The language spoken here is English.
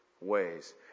ways